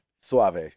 Suave